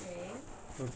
okay